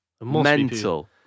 Mental